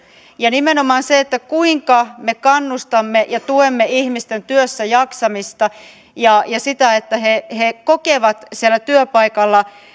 ja nimenomaan siihen kuinka me kannustamme ja tuemme ihmisten työssäjaksamista ja sitä että he he kokevat siellä työpaikalla